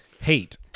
hate